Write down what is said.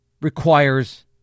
requires